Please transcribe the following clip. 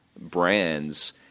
brands